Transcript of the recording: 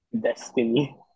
destiny